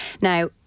Now